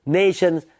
nations